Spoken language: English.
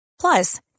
Plus